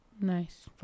Nice